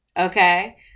okay